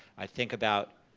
i think about,